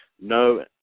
no